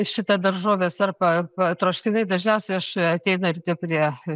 šitą daržoves arba patroškinu ir dažniausiai aš ateinu ryte prie